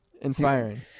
Inspiring